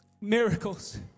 miracles